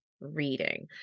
reading